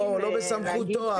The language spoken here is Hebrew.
לא בסמכותו,